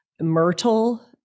myrtle